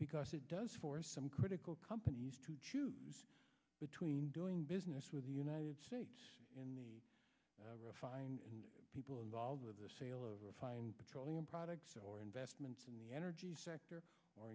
because it does for some critical companies to choose between doing business with the united states in the refined people involved with the sale of refined petroleum products or investments in the energy sector or